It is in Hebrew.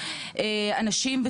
אנשים,